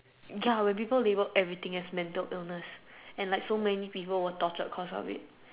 ya when people label every thing as mental illness and like so many people were tortured cause of it